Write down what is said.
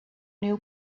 new